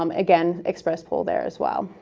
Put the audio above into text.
um again, express pull there as well.